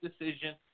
decision